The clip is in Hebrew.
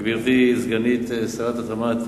גברתי סגנית שר התמ"ת,